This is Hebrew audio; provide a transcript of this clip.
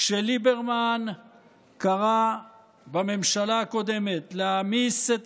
כשליברמן קרא בממשלה הקודמת להעמיס את